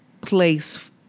place